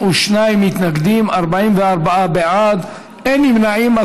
52 מתנגדים, 44 בעד, אין נמנעים.